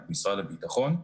את משרד הביטחון,